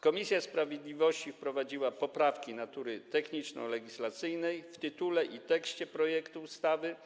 Komisja sprawiedliwości wprowadziła poprawki natury techniczno-legislacyjnej w tytule i tekście projektu ustawy